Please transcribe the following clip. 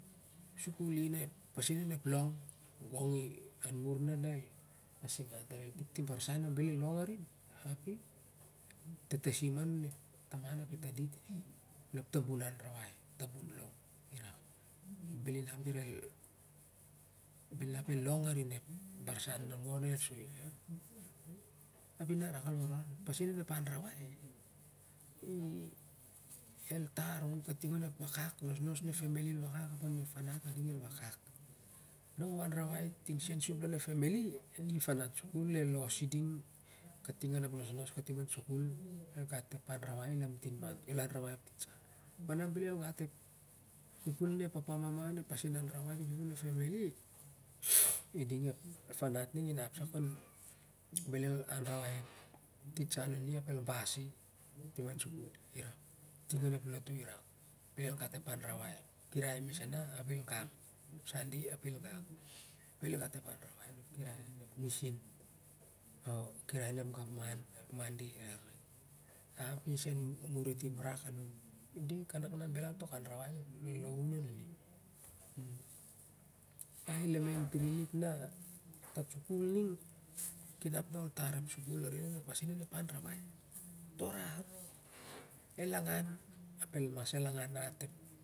Sikul i na onep pasin onep long gong i anrawai na el asingan tar tik barsen na bel el long arin ap tatasim ma nune e taman dira e tar iding onep taban anrawai bel in el long arin ep barsan rak moh nel son i. A warwar onep pasin onep anrawai in eltan i kating onep akak nun ep farat el akak na i anrawai ting sen sap long ep fa mily. Ep anrawai i lantin mat kol ol anrawai ep titsa ol mas gat ep aanrawai ting sap lon ep fami ly ting onep lotu irak ol mas gat ep anrawai olgain misan ep sade bel u gat tong anrawai